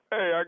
Hey